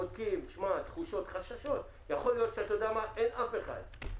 בודקים תחושות, חששות, יכול להיות שאין אף אחד.